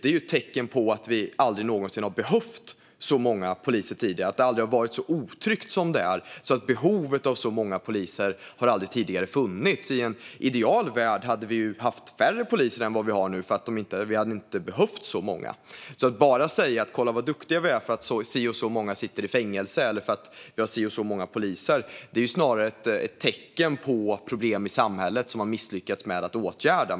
Det är ett tecken på att vi aldrig tidigare behövt så många poliser, att det aldrig tidigare varit så otryggt att behovet av så många poliser funnits. I en ideal värld hade vi haft färre poliser än vi har nu, för vi hade inte behövt så många. Man kan inte säga "Kolla, vad duktiga vi är!" bara för att si och så många sitter i fängelse eller för att vi har si och så många poliser. Det är snarare ett tecken på problem i samhället som man misslyckats med att åtgärda.